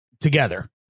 together